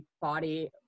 body